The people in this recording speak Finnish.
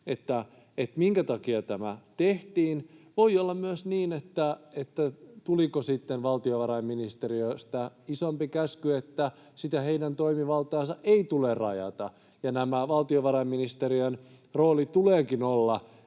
että minkä takia tämä tehtiin. Voi olla myös niin, että tuliko sitten valtiovarainministeriöstä isompi käsky, että sitä heidän toimivaltaansa ei tule rajata ja valtiovarainministeriön roolin tuleekin olla